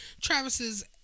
Travis's